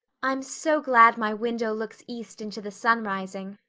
i'm so glad my window looks east into the sun rising,